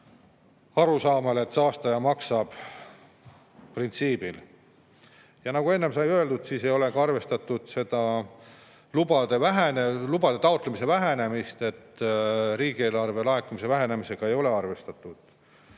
arusaamal nagu saastaja-maksab-printsiip. Nagu enne sai öeldud, ei ole arvestatud ka lubade taotlemise vähenemist, riigieelarve laekumise vähenemist ei ole arvestatud.